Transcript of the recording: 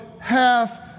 half